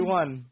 one